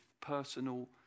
personal